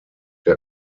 der